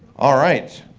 all right,